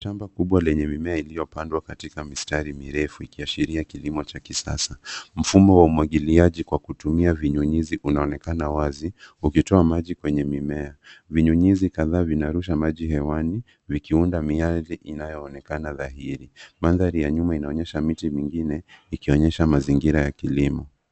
Shamba kubwa lenye mimea iliyo pandwa kwenye mistari mirefu ikiashiria kilimo cha kisasa. Mfumo wa umwagiliaji kwa kutumia vinyunyizi unaonekana wazi ukitoa maji kwenye mimea. Vinyunyizi kadhaa vinarusha maji hewani vikiunda miale inayoonekana dhahiri. Mandhari ya nyuma inaonyesha miti mingine ikionyesha mazingira ya kilimo.